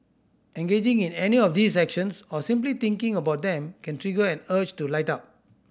engaging in any of these actions or simply thinking about them can trigger an urge to light up